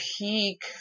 peak